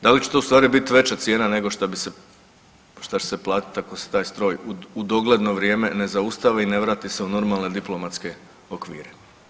Da li će to ustvari biti veća cijena nego što će se platit ako se taj stroj u dogledno vrijeme ne zaustavi i ne vrati se u normalne diplomatske okvire?